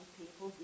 people